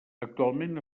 actualment